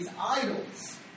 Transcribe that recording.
idols